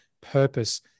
purpose